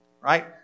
Right